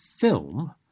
film